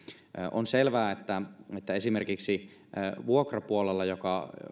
on selvää että esimerkiksi myös sinne vuokrapuolelle joka